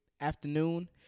afternoon